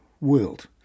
world